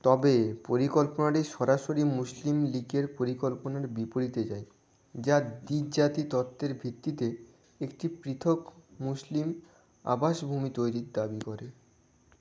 তবে পরিকল্পনাটি সরাসরি মুসলিম লীগের পরিকল্পনার বিপরীতে যায় যা দ্বি জাতি তত্ত্বের ভিত্তিতে একটি পৃথক মুসলিম আবাসভূমি তৈরির দাবি করে